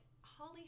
holly